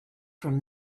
from